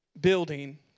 Building